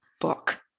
book